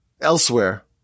elsewhere